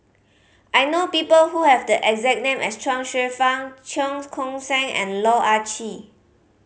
I know people who have the exact name as Chuang Hsueh Fang Cheong Koon Seng and Loh Ah Chee